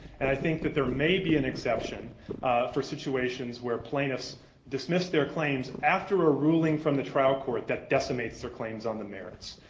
and i think that there may be an exception for situations where plaintiffs dismiss their claims after a ruling from the trial court that decimates their claims on the merits.